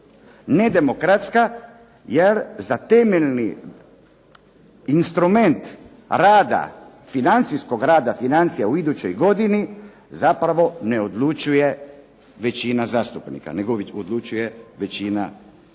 nedemokratska, jer za te instrument rada financijskog rada financija u idućoj godini zapravo ne odlučuje većina zastupnika nego odlučuje većina, znači